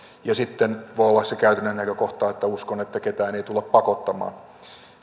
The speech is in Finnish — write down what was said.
sitten voi olla se käytännön näkökohta että uskon että ketään ei tulla pakottamaan